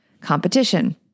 competition